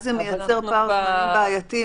אז זה מייצר פער זמנים בעייתי,